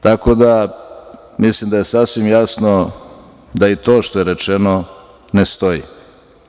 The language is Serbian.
Tako da, mislim da je sasvim jasno da i to što je rečeno ne stoji.